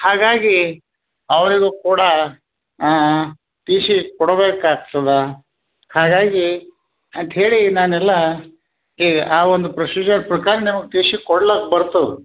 ಹಾಗಾಗಿ ಅವರಿಗೂ ಕೂಡ ಟಿ ಸಿ ಕೊಡ್ಬೇಕು ಆಗ್ತದೆ ಹಾಗಾಗಿ ಅಂತೇಳಿ ನಾನು ಎಲ್ಲ ಈ ಆ ಒಂದು ಪ್ರೊಸೀಜರ್ ಪ್ರಕಾರ ನಿಮಗೆ ಟಿ ಸಿ ಕೊಡ್ಲಾಕೆ ಬರ್ತದೆ